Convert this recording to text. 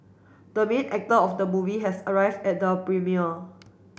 the main actor of the movie has arrived at the premiere